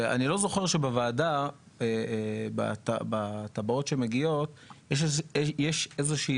ואני לא זוכר שבוועדה בתב"עות שמגיעות יש איזושהי